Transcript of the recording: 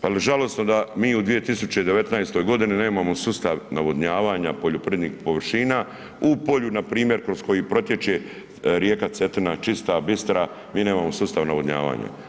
Pa je li žalosno da mi u 2019. g. nemamo sustav navodnjavanja poljoprivrednih površina u polju npr. kroz koji protječe rijeka Cetina, čista, bistra, mi nemamo sustav navodnjavanja.